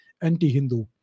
anti-Hindu